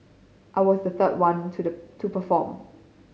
I was the third one to the to perform